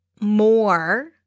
more